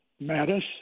Mattis